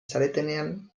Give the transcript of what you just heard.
zaretenean